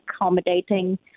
accommodating